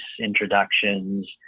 introductions